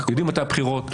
יודעים מתי הבחירות.